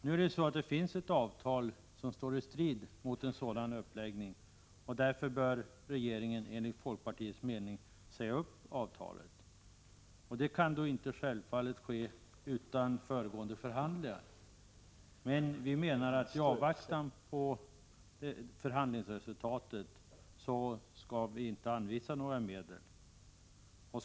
Nu är det så att det finns ett avtal, som står i strid med ett sådant förfaringssätt. Därför bör regeringen enligt folkpartiets mening säga upp det avtalet. Det kan självfallet inte ske utan föregående förhandlingar. Men vi menar att inga medel skall anvisas i avvaktan på förhandlingsresultatet.